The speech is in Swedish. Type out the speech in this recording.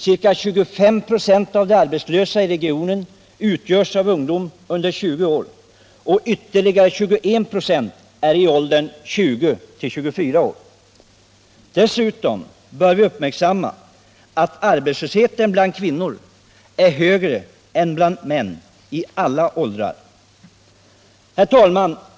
Ca 25 96 av de arbetslösa i regionen utgörs av ungdom under 20 år och ytterligare 21 96 är i åldern 20-24 år. Dessutom bör vi uppmärksamma att arbetslösheten bland kvinnor är högre än bland män i alla åldrar. Herr talman!